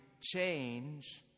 change